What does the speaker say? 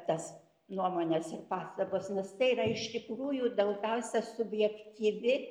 tas nuomonės ir pastabos nes tai yra iš tikrųjų daugiausia subjektyvi